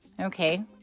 Okay